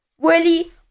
willie